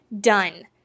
done